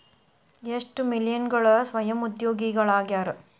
ಎಷ್ಟ ಮಿಲೇನಿಯಲ್ಗಳ ಸ್ವಯಂ ಉದ್ಯೋಗಿಗಳಾಗ್ಯಾರ